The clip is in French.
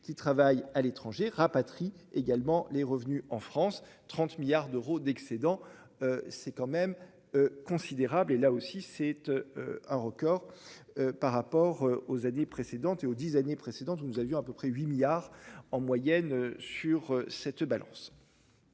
qui travaillent à l'étranger rapatrient également les revenus en France 30 milliards d'euros d'excédents. C'est quand même. Considérable et là aussi c'est. Un record. Par rapport aux années précédentes et au 10 années précédentes où nous avions à peu près 8 milliards en moyenne sur cette balance.